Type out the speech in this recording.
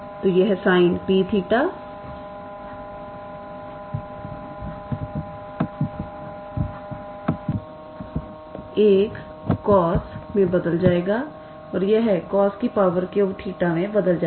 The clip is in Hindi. तो यह 𝑠𝑖𝑛𝑝𝜃 1 cos में बदल जाएगा और यह 𝑐𝑜𝑠𝑞𝜃 में बदल जाएगा